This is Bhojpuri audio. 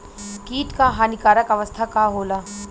कीट क हानिकारक अवस्था का होला?